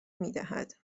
میدهد